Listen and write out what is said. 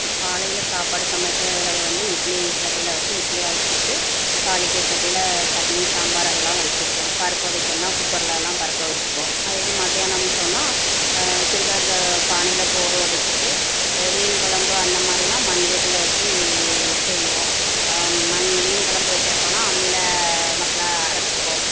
இப்போ காலையில் சாப்பாடு சமைக்கிறது வந்து இட்லி சட்டியில் வச்சி இட்லி அவிச்சிட்டு தாளிக்கிற சட்டியில் சட்னி சாம்பார் அதெல்லாம் வச்சிப்போம் பருப்பு வைக்கணுன்னா குக்கர்லலாம் பருப்பை வச்சிப்போம் அதே இது மதியானம் சொன்னால் சில்வர் பானையில் சோறு வடிச்சிட்டு மீன் கொழம்பு அந்த மாதிரிலாம் மண்சட்டியில் வச்சி செய்வோம் மண் மீன் கொழம்பு வைக்கிறப்போல்லாம் அம்மியில் மசாலா அரைச்சிப்போம்